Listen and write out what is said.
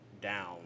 down